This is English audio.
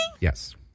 Yes